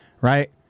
right